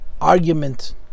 argument